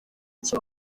iki